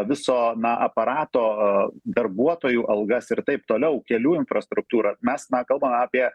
viso na aparato darbuotojų algas ir taip toliau kelių infrastruktūrą mes na kalbame apie